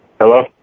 Hello